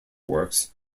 works